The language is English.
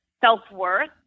self-worth